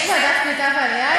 יש ועדת קליטה ועלייה היום?